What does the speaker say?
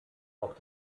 auch